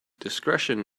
discretion